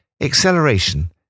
Acceleration